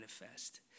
manifest